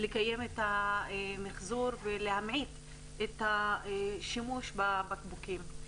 לקיים את המיחזור ולהמעיט את השימוש בבקבוקים,